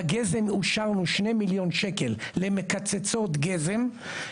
לגזם אישרנו שני מיליון שקלים למקצצות גזם.